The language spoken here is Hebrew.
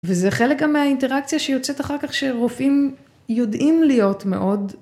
וזה חלק גם מהאינטראקציה שיוצאת אחר כך שרופאים יודעים להיות מאוד